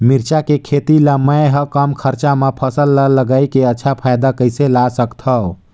मिरचा के खेती ला मै ह कम खरचा मा फसल ला लगई के अच्छा फायदा कइसे ला सकथव?